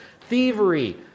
thievery